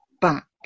back